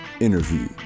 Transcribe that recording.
interview